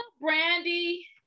Brandy